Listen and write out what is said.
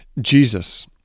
Jesus